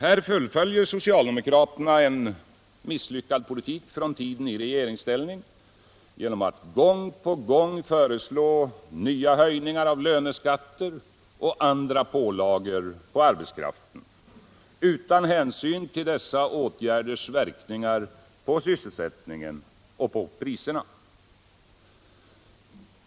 Här fullföljer socialdemokraterna en misslyckad politik från sin tid i regeringsställning genom att gång på gång föreslå nya höjningar av löneskatter och andra pålagor på arbetskraften utan hänsyn till dessa åtgärders verkningar på sysselsättningen och på priserna.